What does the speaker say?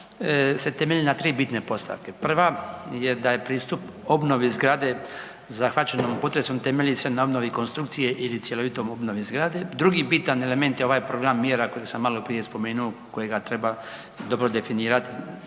se temelji na 3 bitne postavke. Prva je da je pristup obnovi zgrade zahvaćenom potresom temelji se na obnovi konstrukcije ili cjelovitoj obnovi zgrade. Drugi bitan element je ovaj program mjera koji sam maloprije spomenuo kojega treba dobro definirati